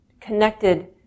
connected